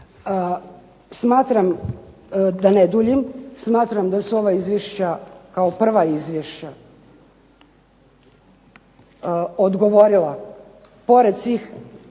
Smatram, da ne duljim, smatram da su ova izvješća kao prva izvješća odgovorila pored svih i